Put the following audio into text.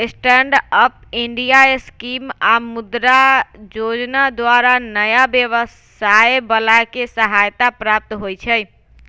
stand up India scheme आऽ मुद्रा जोजना द्वारा नयाँ व्यवसाय बला के सहायता प्राप्त होइ छइ